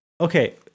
okay